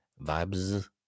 vibes